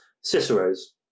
Cicero's